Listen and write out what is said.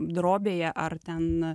drobėje ar ten